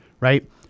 right